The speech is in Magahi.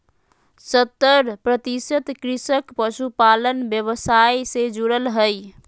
सत्तर प्रतिशत कृषक पशुपालन व्यवसाय से जुरल हइ